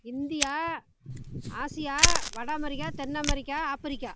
India Asia வட America தென் America Africa